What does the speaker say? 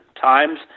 times